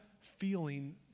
feeling